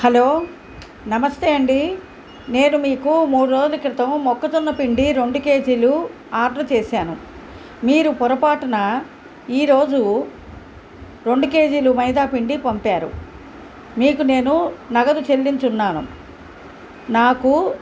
hello నమస్తే అండీ నేను మీకు మూడు రోజుల క్రితం మొక్కజొన్న పిండి రెండు కేజీలు ఆర్డర్ చేసాను మీరు పొరపాటున ఈరోజు రెండు కేజీలు మైదాపిండి పంపారు మీకు నేను నగదు చెల్లించి ఉన్నాను నాకు